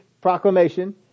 proclamation